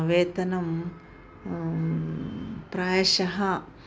वेतनं प्रायशः